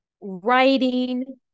writing